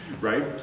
right